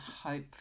hope